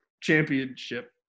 Championship